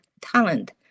talent